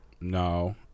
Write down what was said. no